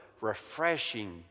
refreshing